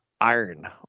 iron